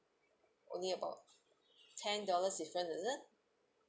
only about ten dollars different is it